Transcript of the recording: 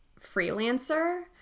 freelancer